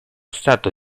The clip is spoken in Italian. stato